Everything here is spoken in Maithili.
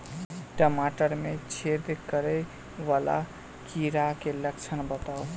टमाटर मे छेद करै वला कीड़ा केँ लक्षण बताउ?